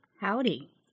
Howdy